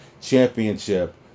championship